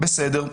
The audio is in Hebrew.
בסדר.